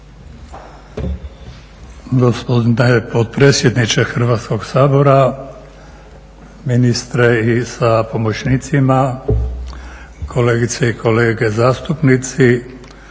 Gospodine potpredsjedniče Hrvatskog sabora, ministre i sa pomoćnicima, kolegice i kolege zastupnici.